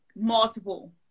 multiple